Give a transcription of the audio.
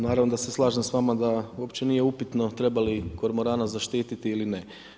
Naravno da se slažem s vama da uopće nije upitno treba li kormorana zaštiti ili ne.